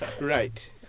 Right